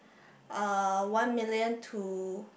uh one million to